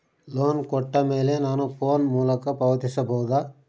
Loan ಕೊಟ್ಟ ಮೇಲೆ ನಾನು ಫೋನ್ ಮೂಲಕ ಪಾವತಿಸಬಹುದಾ?